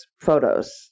photos